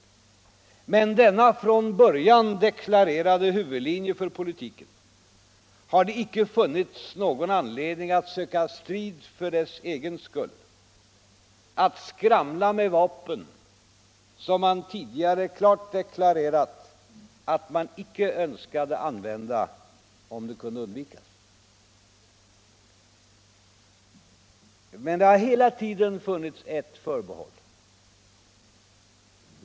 Med denna från början deklarerade huvudlinje för politiken har det icke funnits någon anledning att söka strid för dess egen skull, att skramla med vapen som man tidigare klart deklarerat att man icke önskade använda om det kunde undvikas. Men det har hela tiden funnits ett förbehåll.